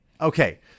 Okay